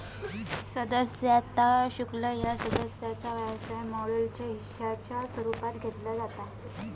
सदस्यता शुल्क ह्या सदस्यता व्यवसाय मॉडेलच्या हिश्शाच्या स्वरूपात घेतला जाता